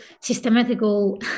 systematical